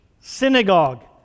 synagogue